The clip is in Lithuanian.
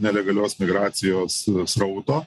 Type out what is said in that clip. nelegalios migracijos srauto